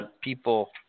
people